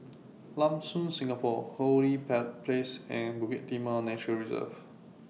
Lam Soon Singapore Hong Lee Place and Bukit Timah Nature Reserve